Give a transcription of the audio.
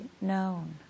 known